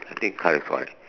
I think car is white